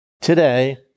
Today